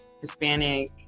Hispanic